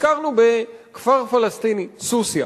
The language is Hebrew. ביקרנו בכפר פלסטיני, סוסיא.